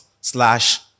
slash